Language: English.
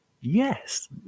Yes